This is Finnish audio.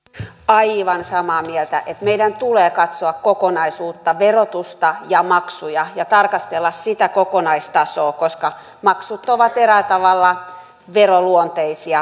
olen aivan samaa mieltä että meidän tulee katsoa kokonaisuutta verotusta ja maksuja ja tarkastella sitä kokonaistasoa koska maksut ovat eräällä tavalla veroluonteisia maksuja